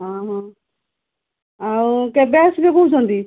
ଅଁ ହଁ ଆଉ କେବେ ଆସିବେ କହୁଛନ୍ତି